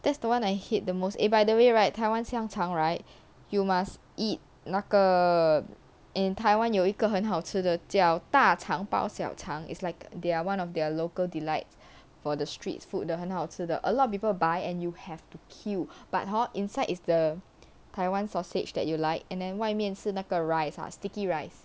that's the one I hate the most eh by the way right 台湾香肠 right you must eat 那个 in taiwan 有一个很好吃的叫大肠包小肠 is like their one of their local delights for the streets food 的很好吃的 a lot of people buy and you have to queue but hor inside is the taiwan sausage that you like and then 外面是那个 rice ah sticky rice